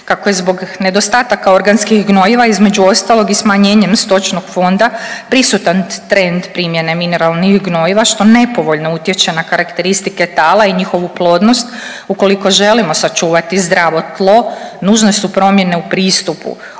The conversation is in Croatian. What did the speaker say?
Kako je zbog nedostataka organskih gnojiva između ostalog i smanjenjem stočnog fonda prisutan trend primjene mineralnih gnojiva što nepovoljno utječe na karakteristike tala i njihovu plodnost ukoliko želimo sačuvati zdravo tlo nužne su promjene u pristupu.